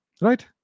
Right